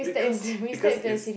because because if